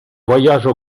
voyages